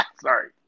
Sorry